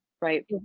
Right